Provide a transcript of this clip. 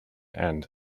end